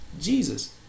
Jesus